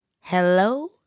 Hello